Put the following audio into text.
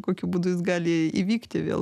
kokiu būdu jis gali įvykti vėl